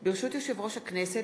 יושב-ראש הכנסת,